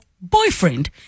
boyfriend